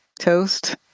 toast